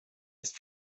ist